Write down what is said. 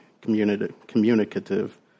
communicative